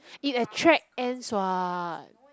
it attract ants what